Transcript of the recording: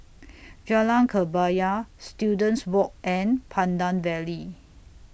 Jalan Kebaya Students Walk and Pandan Valley